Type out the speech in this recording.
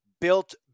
built